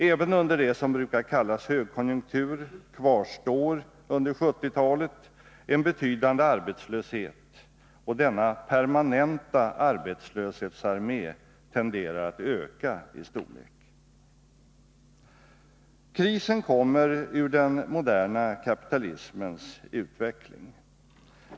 Även under det som brukar kallas högkonjunktur kvarstår under 1970-talet en betydande arbetslöshet, och denna permanenta arbetslöshetsarmé tenderar att öka i storlek. Krisen kommer ur den moderna kapitalismens utveckling.